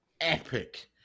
epic